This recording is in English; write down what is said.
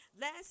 Last